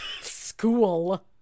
School